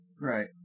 Right